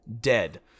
dead